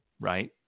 right